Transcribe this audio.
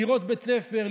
לראות בית ספר,